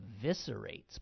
eviscerates